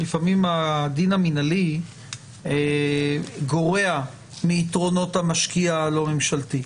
לפעמים הדין המנהלי גורע מיתרונות המשקיע הלא ממשלתי.